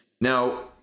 Now